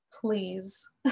please